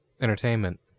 entertainment